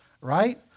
right